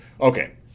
Okay